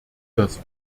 das